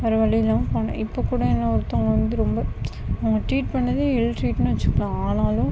வேற வழி இல்லாமல் போனேன் இப்போகூட என்னை ஒருத்தவங்க வந்து ரொம்ப என்னை ட்ரீட் பண்ணிணதே இல்ட்ரீட்டுனு வைச்சுக்கலாம் ஆனாலும்